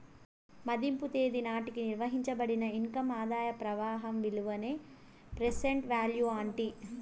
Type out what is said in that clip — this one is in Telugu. మదింపు తేదీ నాటికి నిర్వయించబడిన ఇన్కమ్ ఆదాయ ప్రవాహం విలువనే ప్రెసెంట్ వాల్యూ అంటీ